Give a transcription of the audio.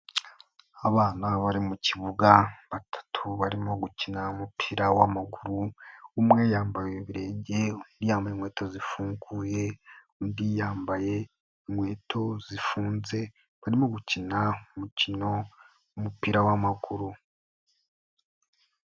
Abana bari mu kibuga batatu barimo gukina umupira w'amaguru, umwe yambaye ibirenge yambaye inkweto zifunguye, undi yambaye inkweto zifunze, barimo gukina umukino w'umupira w'amaguru.